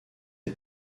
est